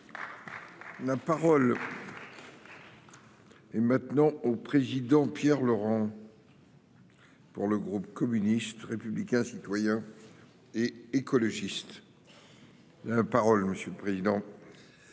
remercie. Et maintenant au président Pierre Laurent.-- Pour le groupe communiste républicain citoyen. Et écologiste. La parole monsieur le président.